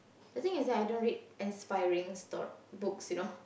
the thing is I don't read inspiring stor~ books you know